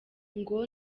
ngo